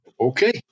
okay